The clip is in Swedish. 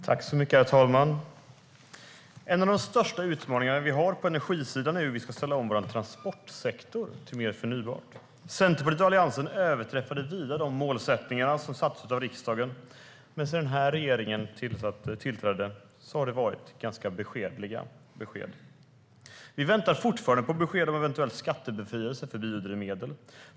Herr talman! En av de största utmaningar vi har på energisidan är hur vi ska ställa om vår transportsektor till mer förnybart. Centerpartiet och Alliansen överträffade vida de målsättningar som satts av riksdagen, men sedan den här regeringen tillträdde har det varit ganska beskedliga besked. Vi väntar fortfarande på besked om eventuell skattebefrielse för biodrivmedel.